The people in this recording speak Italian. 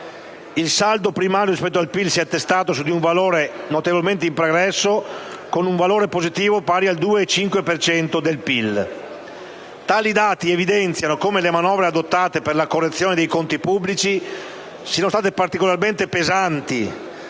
Il saldo primario in rapporto al PIL si è attestato su di un valore notevolmente in progresso, con un valore positivo pari al 2,5 per cento del PIL. Tali dati evidenziano come le manovre adottate per la correzione dei conti pubblici siano state particolarmente pesanti,